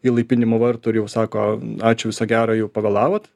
įlaipinimo vartų ir jau sako ačiū viso gero jau pavėlavot